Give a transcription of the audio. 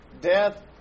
death